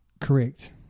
Correct